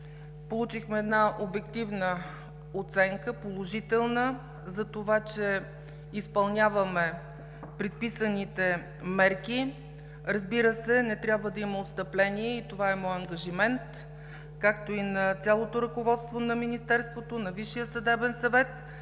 получихме една обективна оценка – положителна, за това че изпълняваме предписаните мерки, разбира се, не трябва да има отстъпление и това е мой ангажимент, както и на цялото ръководство на министерството, на Висшия съдебен съвет,